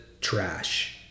trash